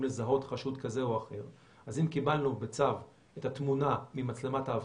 לזהות חשוד כזה או אחר אז אם קיבלנו בצו את התמונה ממצלמת האבטחה,